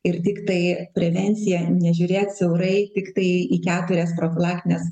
ir tiktai prevencija nežiūrėt siaurai tiktai į keturias profilaktines